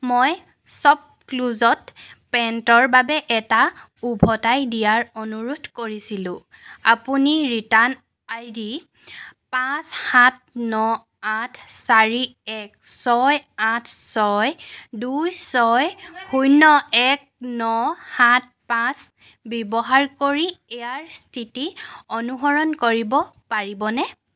মই শ্বপক্লুজত পেণ্টৰ বাবে এটা উভতাই দিয়াৰ অনুৰোধ কৰিছিলোঁ আপুনি ৰিটাৰ্ণ আইডি পাঁচ সাত ন আঠ চাৰি এক ছয় আঠ ছয় দুই ছয় শূন্য এক ন সাত পাঁচ ব্যৱহাৰ কৰি ইয়াৰ স্থিতি অনুসৰণ কৰিব পাৰিবনে